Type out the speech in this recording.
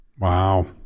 wow